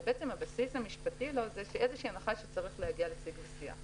אבל הבסיס המשפטי לו זה איזושהי הנחה שצריך להגיע לשיג ושיח.